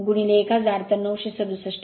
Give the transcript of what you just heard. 033 1000 तर 967 rpm